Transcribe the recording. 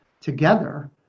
together